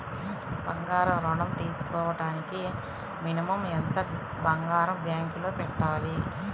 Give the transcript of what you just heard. బంగారం ఋణం తీసుకోవడానికి మినిమం ఎంత బంగారం బ్యాంకులో పెట్టాలి?